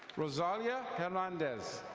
rosalia hernandez.